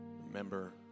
Remember